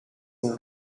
een